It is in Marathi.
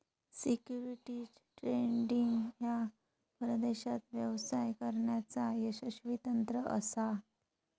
सिक्युरिटीज ट्रेडिंग ह्या परदेशात व्यवसाय करण्याचा यशस्वी तंत्र असा